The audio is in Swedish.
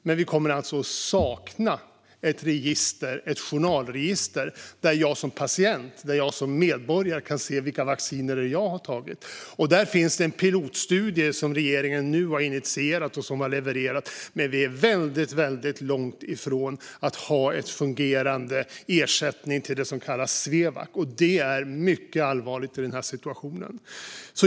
Men vi kommer att sakna ett journalregister där jag som patient, som medborgare, kan se vilka vacciner jag har tagit. Det finns en pilotstudie som regeringen nu har initierat och som har levererat. Men vi är väldigt långt ifrån en fungerande ersättning till det som kallas Svevac. Det är mycket allvarligt i den här situationen.